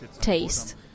taste